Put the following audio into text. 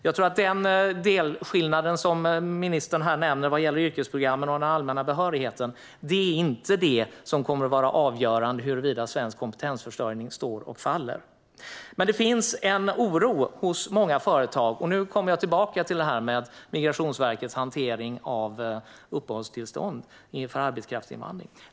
Jag tror att den delskillnad som ministern nämner här vad gäller yrkesprogrammen och den allmänna behörigheten inte är det som kommer att vara avgörande för huruvida svensk kompetensförsörjning står eller faller. Men det finns en oro hos många företag, och nu kommer jag tillbaka till det här med Migrationsverkets hantering av uppehållstillstånd inför arbetskraftsinvandring.